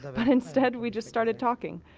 ah but instead we just started talking.